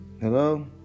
Hello